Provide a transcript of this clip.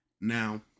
Now